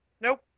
Nope